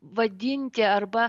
vadinti arba